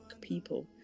people